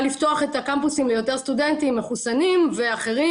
לפתוח את הקמפוסים ליותר סטודנטים מחוסנים ואחרים,